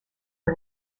for